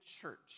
church